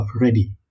ready